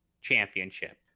championship